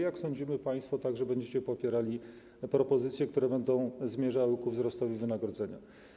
Jak sądzimy, państwo także będziecie popierali propozycje, które będą zmierzały ku wzrostowi wynagrodzeń.